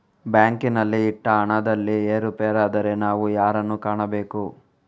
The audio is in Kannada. ಬ್ಯಾಂಕಿನಲ್ಲಿ ಇಟ್ಟ ಹಣದಲ್ಲಿ ಏರುಪೇರಾದರೆ ನಾವು ಯಾರನ್ನು ಕಾಣಬೇಕು?